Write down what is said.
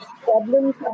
problems